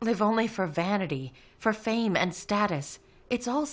live only for vanity for fame and status it's all